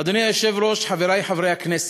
אדוני היושב-ראש, חברי חברי הכנסת,